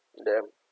damn